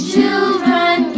Children